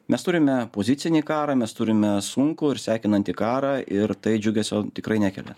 mes turime pozicinį karą mes turime sunkų ir sekinantį karą ir tai džiugesio tikrai nekelia